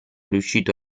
riuscito